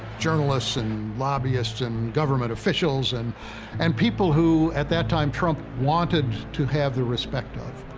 journalists and lobbyists and government officials. and and people who, at that time, trump wanted to have the respect of.